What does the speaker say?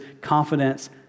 confidence